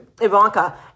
Ivanka